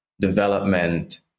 development